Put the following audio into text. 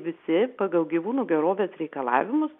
visi pagal gyvūnų gerovės reikalavimus